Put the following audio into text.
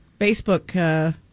Facebook